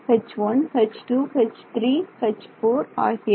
H1H2H3H4 ஆகியவை